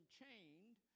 chained